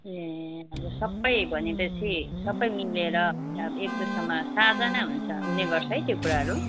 ए हजुर सबै भनेपछि सबै मिलेर अब एक दुसरामा साझा नै हुन्छ हुनेगर्छ है त्यो कुराहरू